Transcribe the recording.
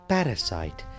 Parasite